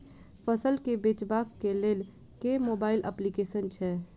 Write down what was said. फसल केँ बेचबाक केँ लेल केँ मोबाइल अप्लिकेशन छैय?